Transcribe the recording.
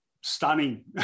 stunning